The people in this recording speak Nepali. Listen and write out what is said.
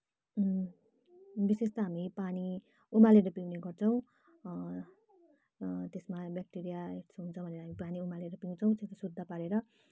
विशेषतः हामी पानी उमालेर पिउने गर्छौँ त्यसमा ब्याक्टेरिया हुन्छ भनेर पानी उमालेर पिउँछौँ शुद्ध पारेर